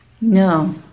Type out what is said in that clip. no